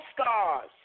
scars